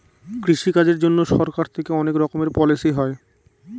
কৃষি কাজের জন্যে সরকার থেকে অনেক রকমের পলিসি হয়